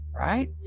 right